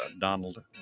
Donald